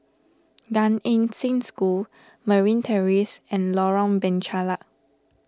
Gan Eng Seng School Marine Terrace and Lorong Penchalak